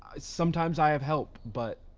sometimes i have help but,